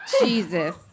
Jesus